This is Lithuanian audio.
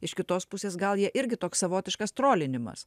iš kitos pusės gal jie irgi toks savotiškas trolinimas